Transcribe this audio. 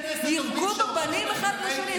שיירקו בפנים אחד לשני?